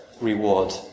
reward